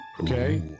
Okay